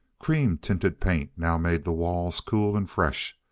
cream-tinted paint now made the walls cool and fresh.